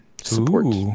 support